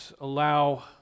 allow